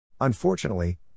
Unfortunately